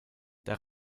der